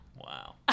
Wow